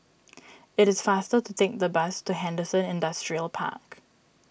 it is faster to take the bus to Henderson Industrial Park